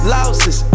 Losses